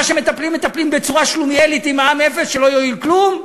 שמטפלים מטפלים בצורה שלומיאלית עם מע"מ אפס שלא יועיל כלום?